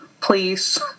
Please